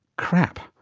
crap,